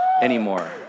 anymore